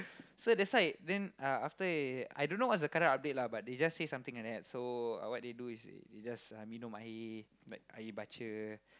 so that's why then uh after that I don't know what's the current update lah but they just say something like that so uh what they do is they just minum air like air baca